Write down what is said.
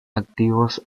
activos